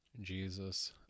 Jesus